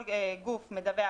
כל גוף מדווח